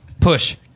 push